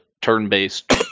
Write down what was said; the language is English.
turn-based